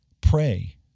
Pray